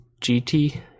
GT